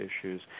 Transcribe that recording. issues